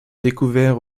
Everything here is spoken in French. découvert